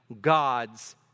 God's